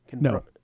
No